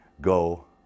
go